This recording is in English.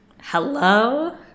Hello